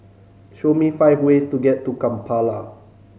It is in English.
show me five ways to get to Kampala